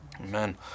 Amen